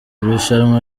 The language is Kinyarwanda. irushanwa